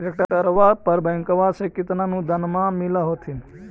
ट्रैक्टरबा पर बैंकबा से कितना अनुदन्मा मिल होत्थिन?